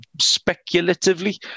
speculatively